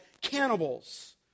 cannibals